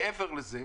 מעבר לזה,